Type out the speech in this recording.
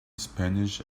spanish